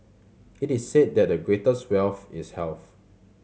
it is said that the greatest wealth is health